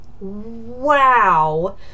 Wow